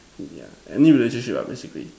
yeah any relationship ah basically